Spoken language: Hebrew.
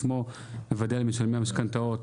בוודאי למשלמי המשכנתאות.